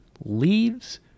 leaves